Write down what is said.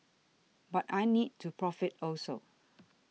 but I need to profit also